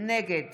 נגד